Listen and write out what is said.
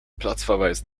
platzverweis